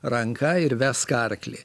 ranka ir vesk arklį